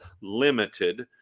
limited